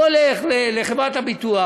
הוא הולך לחברת הביטוח,